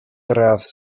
gradd